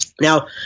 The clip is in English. Now